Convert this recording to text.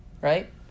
right